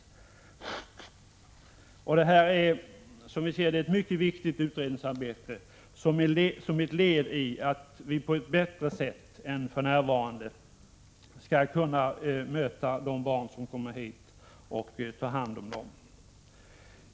Som vi ser det är detta ett mycket viktigt utredningsarbete och ett led i arbetet för att vi på ett bättre sätt än för närvarande skall kunna möta de barn som kommer hit och ta hand om dem.